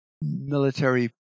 military